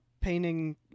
painting